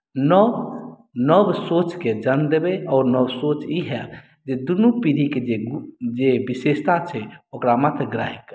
नव नव सोचकेँ जन्म देबै आओर ओ नव सोच ई हैत जे दुनू पीढ़ीके जे गु जे विशेषता छै ओकरा मत्यग्रह करी